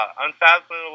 unfathomable